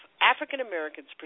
African-Americans